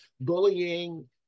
bullying